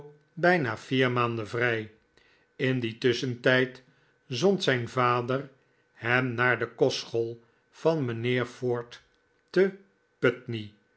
bijna vier maanden vrij in dien tusschentijd zond zijn vader hem naar de kostschool van mijnheer ford te